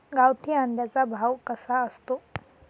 गावठी अंड्याचा भाव कसा असतो?